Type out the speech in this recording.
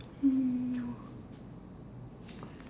hmm